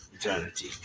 eternity